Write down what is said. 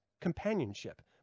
companionship